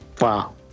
Wow